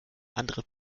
andere